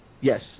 Yes